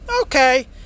okay